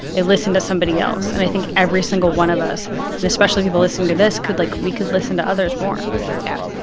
listen to somebody else. and i think every single one of us, and especially people listening to this, could, like we could listen to others more yeah.